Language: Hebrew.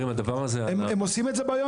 הם עושים את זה ביום-יום.